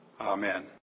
Amen